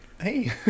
Hey